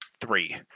three